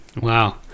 wow